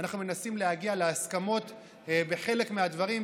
אנחנו מנסים להגיע להסכמות בחלק מהדברים,